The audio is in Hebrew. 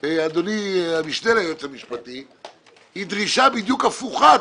אדוני המשנה ליועץ המשפטי, היא דרישה בדיוק הפוכה.